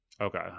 Okay